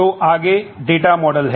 तो आगे data model है